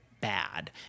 bad